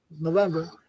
November